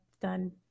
done